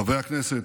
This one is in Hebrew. חברי הכנסת,